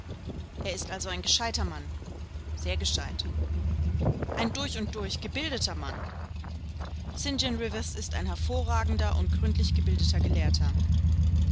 er ist also ein gescheiter mann sehr gescheit ein durch und durch gebildeter mann st john rivers ist ein hervorragender und gründlich gebildeter gelehrter